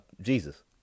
jesus